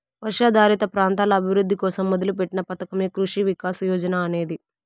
వర్షాధారిత ప్రాంతాల అభివృద్ధి కోసం మొదలుపెట్టిన పథకమే కృషి వికాస్ యోజన అనేది